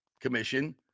commission